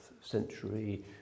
century